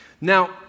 Now